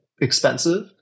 expensive